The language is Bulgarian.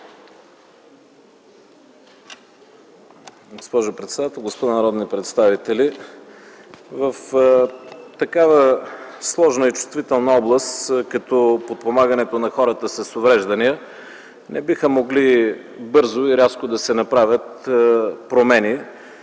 господа народни представители! В такава сложна и чувствителна област като подпомагането на хората с увреждания не биха могли бързо и рязко да се направят промени,